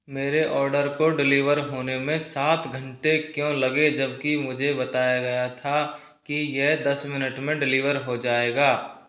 मेरे ऑर्डर को डिलीवर होने में सात घंटे क्यों लगे जब कि मुझे बताया गया था कि यह दस मिनट में डिलीवर हो जाएगा